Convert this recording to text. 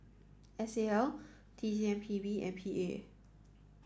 S L T C M P B and P A